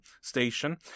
station